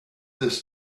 this